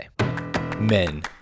Men